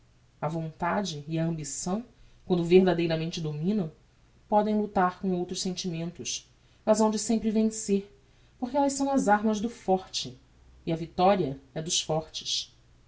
a vontade e a ambição quando verdadeiramente dominam podem lutar com outros sentimentos mas hão de sempre vencer porque ellas são as armas do forte e a victoria é dos fortes